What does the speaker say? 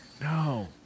No